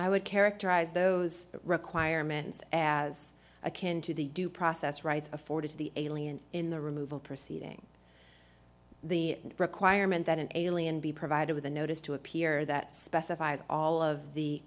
i would characterize those requirements as akin to the due process rights afforded to the alien in the removal proceeding the requirement that an alien be provided with a notice to appear that specifies all of the